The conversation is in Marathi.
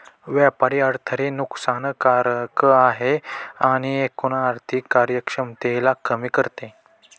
व्यापारी अडथळे नुकसान कारक आहे आणि एकूण आर्थिक कार्यक्षमतेला कमी करते